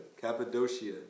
Cappadocia